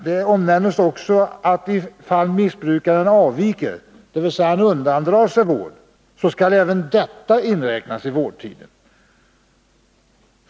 Det omnämns också, att i de fall missbrukaren avviker, dvs. undandrar sig vård, skall även den tiden inräknas i vårdtiden.